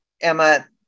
Emma